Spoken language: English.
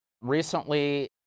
Recently